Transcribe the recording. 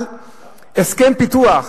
על הסכם פיתוח,